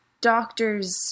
Doctor's